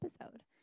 episode